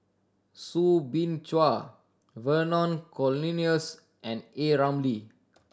Soo Bin Chua Vernon Cornelius and A Ramli